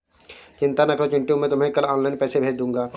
चिंता ना करो चिंटू मैं तुम्हें कल ऑनलाइन पैसे भेज दूंगा